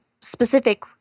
specific